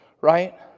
right